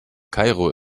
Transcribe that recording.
kairo